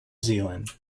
zealand